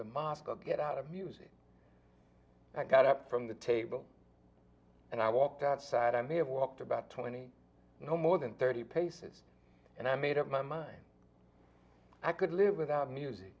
the moscow get out of music i got up from the table and i walked outside i may have walked about twenty no more than thirty paces and i made up my mind i could live without music